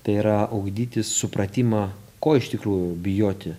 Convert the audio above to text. tai yra ugdytis supratimą ko iš tikrųjų bijoti